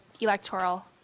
electoral